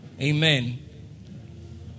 Amen